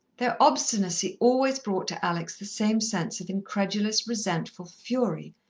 their obstinacy always brought to alex the same sense of incredulous, resentful fury.